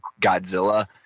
Godzilla